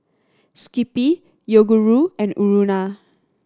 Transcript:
Skippy Yoguru and Urana